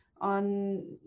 on